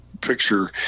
picture